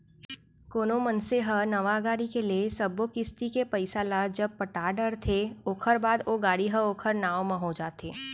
कोनो मनसे ह नवा गाड़ी के ले सब्बो किस्ती के पइसा ल जब पटा डरथे ओखर बाद ओ गाड़ी ह ओखर नांव म हो जाथे